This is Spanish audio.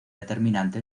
determinante